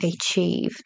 achieve